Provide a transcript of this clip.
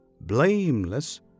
blameless